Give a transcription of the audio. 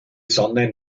sonne